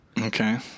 Okay